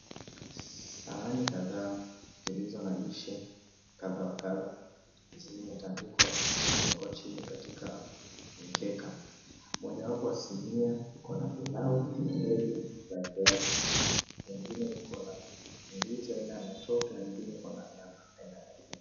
Sahani kadhaa zilizo na lishe kadha wa kadha zimeekwa chini katika mkeka. Mojawapo ya sinia iko na pilau rege na viazi, ingine iko na ndizi aina ya matoke na ingine iko na nyama.